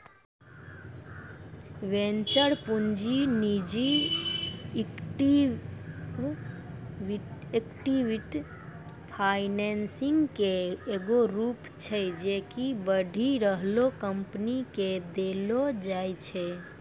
venture पूंजी निजी equity financing के एगो रूप छै जे कि बढ़ि रहलो कंपनी के देलो जाय छै